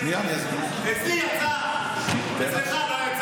שנייה, אני אסביר לך.